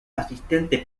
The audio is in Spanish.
asistente